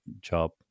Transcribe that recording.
job